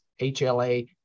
HLA